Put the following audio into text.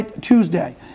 Tuesday